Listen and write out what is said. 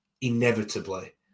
inevitably –